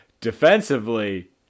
defensively